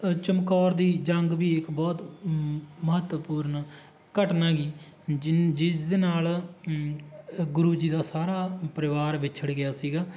ਚਮਕੌਰ ਦੀ ਜੰਗ ਵੀ ਇੱਕ ਬਹੁਤ ਮਹੱਤਵਪੂਰਨ ਘਟਨਾ ਗੀ ਜਿ ਜਿਸ ਦੇ ਨਾਲ ਗੁਰੂ ਜੀ ਦਾ ਸਾਰਾ ਪਰਿਵਾਰ ਵਿਛੜ ਗਿਆ ਸੀਗਾ